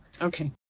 Okay